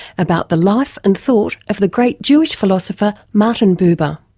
about the life and thought of the great jewish philosopher martin buber.